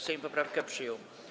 Sejm poprawkę przyjął.